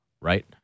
Right